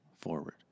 forward